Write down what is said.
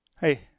Hey